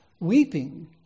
weeping